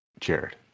Jared